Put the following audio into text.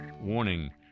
warning